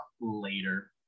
later